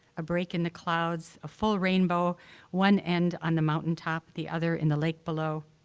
a break in the clouds, a full rainbow one end on the mountain top, the other in the lake below.